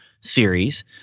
series